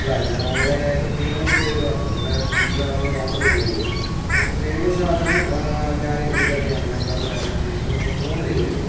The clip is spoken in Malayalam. അല്ല ഞാൻ ഓൺലൈൻ ആയിട്ട് പേയ്മെന്റ് ചെയ്തതാണ് നിങ്ങളുടെ സൈറ്റിലാണ് ഞാൻ ഓഡറു ചെയ്തത് ഓഡറ് ചെയ്ത സാധനം ഞാന് ഇതൊക്കെയാണ് ഞാൻ പറഞ്ഞു തരാം വേണമെങ്കില് നിങ്ങളൊന്ന് നോട്ട് ചെയ്തു വച്ചോളു